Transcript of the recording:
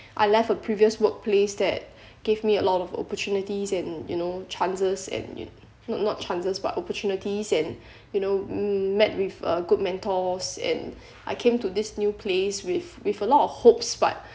I left a previous workplace that gave me a lot of opportunities and you know chances and not not chances but opportunities and you know met with uh good mentors and I came to this new place with with a lot of hopes but